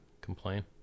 Complain